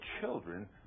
children